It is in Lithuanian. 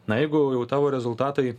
na jeigu jau jau tavo rezultatai